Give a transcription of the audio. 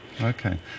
Okay